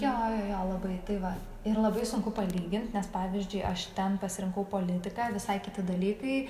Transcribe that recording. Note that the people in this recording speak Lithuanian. jo jo jo labai tai va ir labai sunku palygint nes pavyzdžiui aš ten pasirinkau politiką visai kiti dalykai